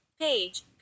Page